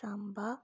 Samba